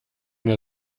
der